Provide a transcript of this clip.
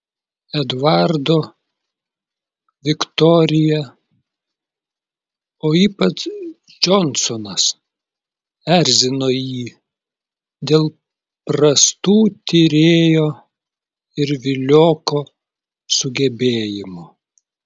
eduardo viktorija o ypač džonsonas erzino jį dėl prastų tyrėjo ir vilioko sugebėjimų